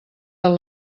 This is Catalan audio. del